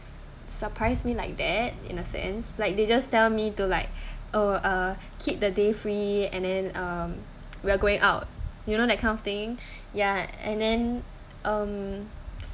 surprised me like that in a sense like they just tell me to like oh uh keep the day free and then um we're going out you know that kind of thing ya and then